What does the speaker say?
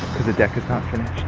the deck is not finished.